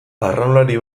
arraunlari